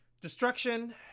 Destruction